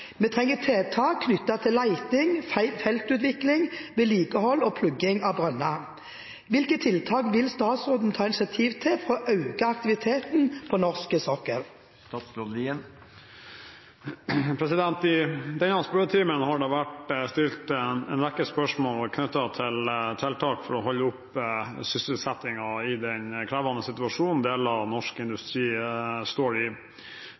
Vi trenger tiltak knyttet til leting, feltutvikling, vedlikehold og plugging av brønner. Hvilke tiltak vil statsråden ta initiativ til for å øke aktiviteten på norsk sokkel?» I denne spørretimen har det vært stilt en rekke spørsmål knyttet til tiltak for å holde oppe sysselsettingen i den krevende situasjonen deler av norsk industri står i.